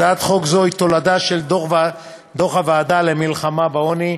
הצעת חוק זו היא תולדה של דוח הוועדה למלחמה בעוני,